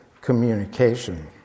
communication